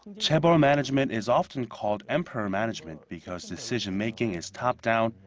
and chaebol management is often called emperor management. because decision-making is top-down,